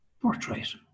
portrait